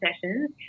sessions